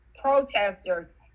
protesters